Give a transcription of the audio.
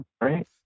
right